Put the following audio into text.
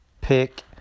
pick